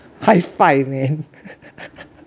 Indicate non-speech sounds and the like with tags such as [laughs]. high five man [laughs]